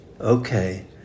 Okay